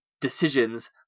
decisions